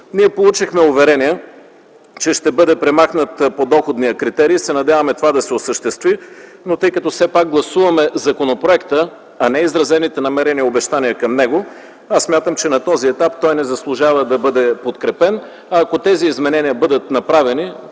Ние получихме уверение, че ще бъде премахнат подоходният критерий и се надяваме това да се осъществи, но тъй като все пак гласуваме законопроекта, а не изразените намерения и обещания към него, аз смятам, че на този етап той не заслужава да бъде подкрепен. Ако тези изменения бъдат направени